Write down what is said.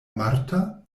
marta